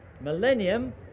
Millennium